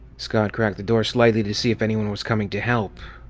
scott cracked the door slightly to see if anyone was coming to help.